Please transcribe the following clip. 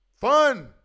fun